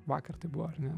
vakar tai buvo ar ne